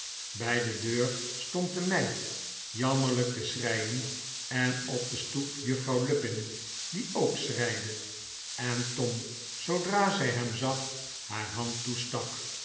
bij de deur stond de meid jammerlijk te schreien en op de stoep juffrouw lupin die ook schreide en tom zoodra zij hem zag haar hand toestak